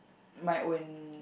my own